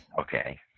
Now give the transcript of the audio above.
Okay